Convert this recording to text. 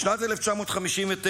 בשנת 1959,